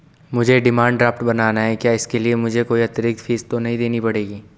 मुझे demand draft बनाना है क्या इसके लिए मुझे अतिरिक्त फीस तो नहीं देनी पड़ेगी?